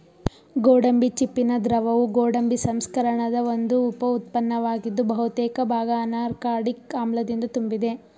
ಗೋಡಂಬಿ ಚಿಪ್ಪಿನ ದ್ರವವು ಗೋಡಂಬಿ ಸಂಸ್ಕರಣದ ಒಂದು ಉಪ ಉತ್ಪನ್ನವಾಗಿದ್ದು ಬಹುತೇಕ ಭಾಗ ಅನಾಕಾರ್ಡಿಕ್ ಆಮ್ಲದಿಂದ ತುಂಬಿದೆ